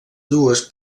dues